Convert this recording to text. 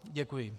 Děkuji.